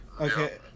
Okay